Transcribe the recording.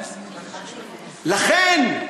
לכן,